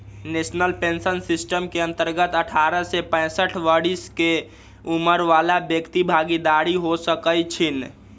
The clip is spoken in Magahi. नेशनल पेंशन सिस्टम के अंतर्गत अठारह से पैंसठ बरिश के उमर बला व्यक्ति भागीदार हो सकइ छीन्ह